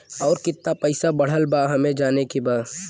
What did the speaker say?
और कितना पैसा बढ़ल बा हमे जाने के बा?